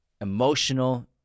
emotional